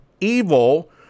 evil